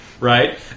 right